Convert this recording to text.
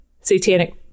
satanic